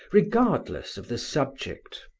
regardless of the subject.